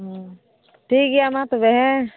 ᱴᱷᱤᱠ ᱜᱮᱭᱟ ᱢᱟ ᱛᱚᱵᱮ ᱦᱮᱸ